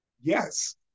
Yes